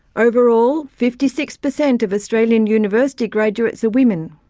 overall, fifty six per cent of australian university graduates are women,